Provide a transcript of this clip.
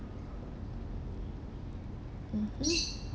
mmhmm